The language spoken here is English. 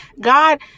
god